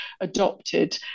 adopted